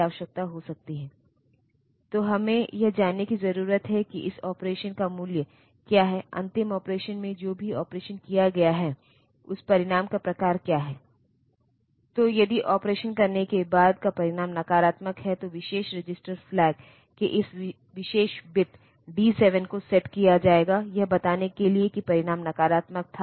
और सिस्टम में मेरे पास एक एकल असेम्बलर हो सकता है और वह एकल असेम्बलर अब इन सभी असेंबली लैंग्वेज प्रोग्राम्स को मशीन लैंग्वेज में बदल सकता है